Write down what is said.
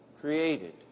created